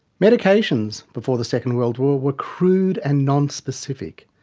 medications before the second world war were crude and nonspecific.